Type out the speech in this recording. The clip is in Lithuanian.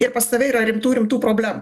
ir pas tave yra rimtų rimtų problem